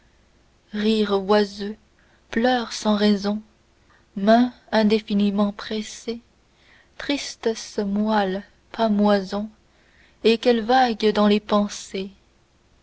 rires oiseux pleurs sans raisons mains indéfiniment pressées tristesses moites pâmoisons et quel vague dans les pensées